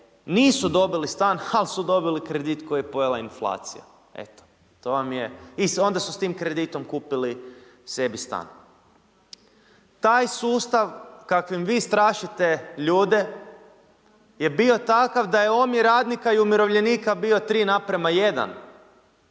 nisu dobili stan ali su dobili kredit koji je pojela inflacija. Eto to vam je i onda su s tim kreditom kupili sebi stan. Taj sustav kakvim vi strašite ljude je bio takav da je omjer radnika i umirovljenika bio 3:1, to je